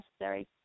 necessary